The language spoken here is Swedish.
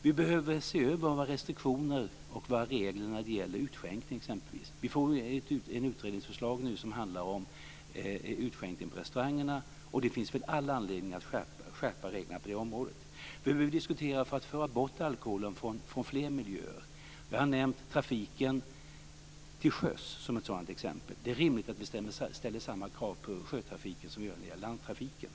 Vi behöver se över våra restriktioner och regler vad gäller utskänkning exempelvis. Vi får nu ett utredningsförslag som handlar om utskänkning på restauranger, och det finns all anledning att skärpa reglerna på det området. Vi behöver diskutera att föra bort alkoholen från fler miljöer. Jag har nämnt trafiken till sjöss som ett sådant exempel. Det är rimligt att vi ställer samma krav på sjötrafiken som på landtrafiken.